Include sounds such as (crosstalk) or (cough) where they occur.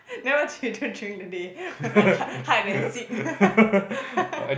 (laughs) then what you do during the day (laughs) hide and seek (laughs)